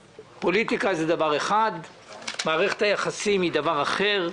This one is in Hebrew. פוליטיקה זה דבר אחד; ומערכת היחסים היא דבר אחר,